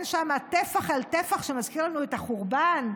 שם טפח על טפח שמזכיר לנו את החורבן,